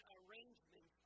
arrangement